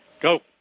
Go